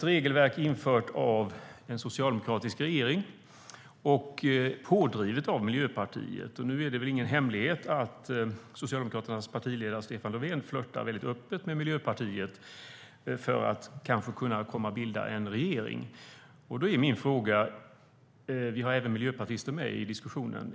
Regelverket infördes av en socialdemokratisk regering och drevs på av Miljöpartiet. Det är ingen hemlighet att Socialdemokraternas partiledare Stefan Löfven flörtar öppet med Miljöpartiet för att kanske kunna bilda en regering. Vi har även miljöpartister med i denna diskussion.